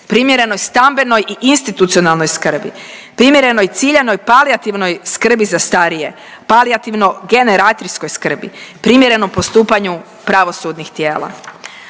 primjerenoj stambenoj i institucionalnoj skrbi, primjerenoj ciljanoj palijativnoj skrbi za starije, palijativno-generatrijskoj skrbi, primjerenom postupanju pravosudnih tijela.